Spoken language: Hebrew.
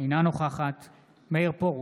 אינה נוכחת מאיר פרוש,